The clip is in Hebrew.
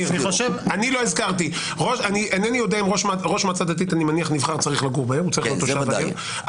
אני מניח שראש מועצה דתית נבחר צריך להיות תושב העיר,